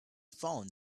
found